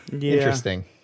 Interesting